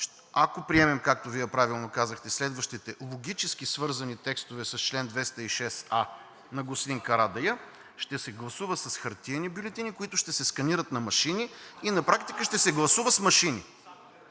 ако приемем, както Вие правилно казахте, следващите логически свързани текстове с чл. 206а на господин Карадайъ, ще се гласува с хартиени бюлетини, които ще се сканират на машини, и на практика ще се гласува с машини.